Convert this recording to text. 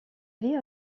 vie